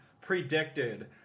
predicted